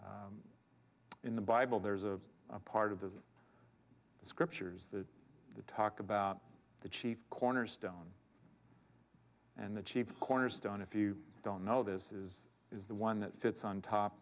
in the bible there's a part of the scriptures that talked about the chief cornerstone and the chief cornerstone if you don't know this is is the one that fits on top